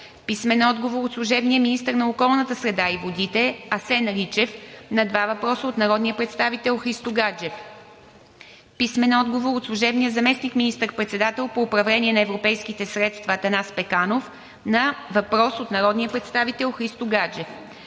Христо Гаджев; - служебния министър на околната среда и водите Асен Личев на два въпроса от народния представител Христо Гаджев; - служебния заместник министър-председател по управление на европейските средства Атанас Пеканов на въпрос от народния представител Христо Гаджев;